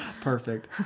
Perfect